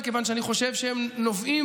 מכיוון שאני חושב שהם נובעים,